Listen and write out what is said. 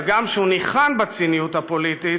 הגם שהוא ניחן בציניות הפוליטית